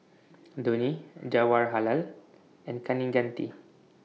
Dhoni Jawaharlal and Kaneganti